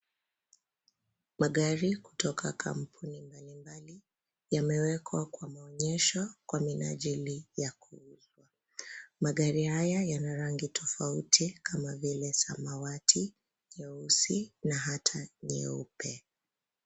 Magari kutoka kampuni mbali mbali yamewekwa kwa maonyesho kwa minaajili ya kuuza, magari hayo yana rangi tafauti kama vile zamawati, nyeusi na hata nyeupe.